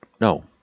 no